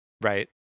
Right